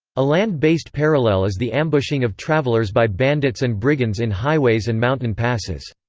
a land-based parallel is the ambushing of travelers by bandits and brigands in highways and mountain passes.